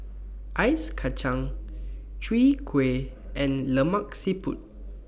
Ice Kacang Chwee Kueh and Lemak Siput